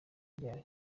ryari